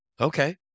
okay